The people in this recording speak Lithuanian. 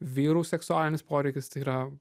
vyrų seksualinis poreikis tai yra